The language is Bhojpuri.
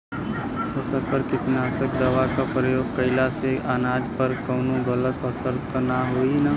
फसल पर कीटनाशक दवा क प्रयोग कइला से अनाज पर कवनो गलत असर त ना होई न?